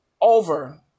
over